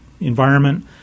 environment